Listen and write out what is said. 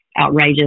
outrageous